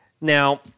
Now